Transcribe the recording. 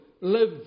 live